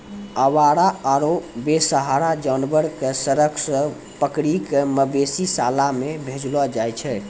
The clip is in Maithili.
आवारा आरो बेसहारा जानवर कॅ सड़क सॅ पकड़ी कॅ मवेशी शाला मॅ भेजलो जाय छै